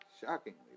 shockingly